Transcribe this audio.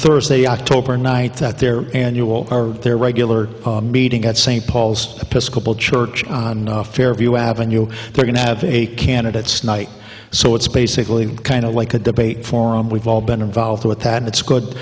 thursday october ninth that their annual are their regular meeting at st paul's church on fairview avenue they're going to have eight candidates night so it's basically kind of like a debate forum we've all been involved with that it's good